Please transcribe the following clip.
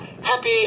happy